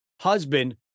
husband